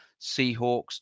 seahawks